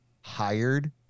hired